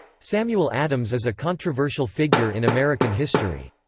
samuel adams is a controversial figure in american history.